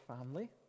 family